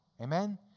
amen